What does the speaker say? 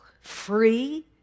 free